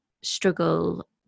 struggle